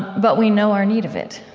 but we know our need of it.